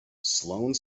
sloane